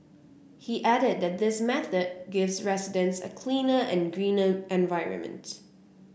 he added that this method gives residents a cleaner and greener environment